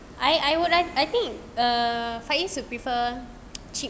I I would I think faiz would prefer